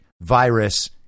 virus